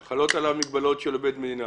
אז חלות עליו מגבלות של עובד מדינה.